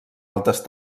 altes